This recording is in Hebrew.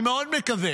אני מאוד מקווה